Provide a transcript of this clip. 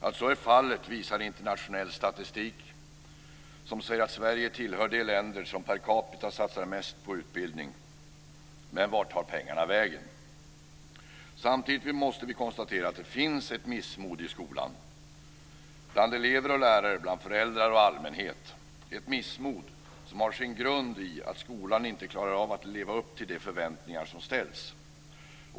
Att så är fallet visar internationell statistik som säger att Sverige tillhör de länder som per capita satsar mest på utbildning. Men vart tar pengarna vägen? Vi måste också konstatera att det samtidigt finns ett missmod i skolan - bland elever och lärare, bland föräldrar och allmänhet. Det är ett missmod som har sin grund i att skolan inte klarar av att leva upp till de förväntningar som ställs.